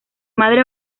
madre